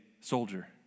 soldier